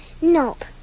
Nope